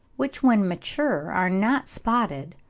which when mature are not spotted,